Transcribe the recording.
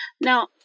Now